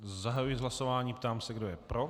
Zahajuji hlasování a ptám se, kdo je pro.